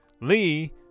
Lee